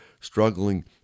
struggling